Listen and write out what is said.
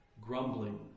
grumbling